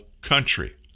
country